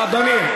אדוני,